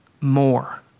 more